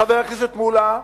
חבר הכנסת מולה,